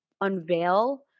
unveil